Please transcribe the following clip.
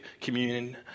communion